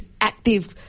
active